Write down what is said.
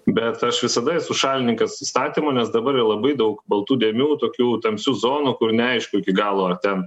bet aš visada esu šalininkas įstatymo nes dabar labai daug baltų dėmių tokių tamsių zonų kur neaišku iki galo ar ten